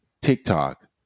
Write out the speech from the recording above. TikTok